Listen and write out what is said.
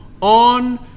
on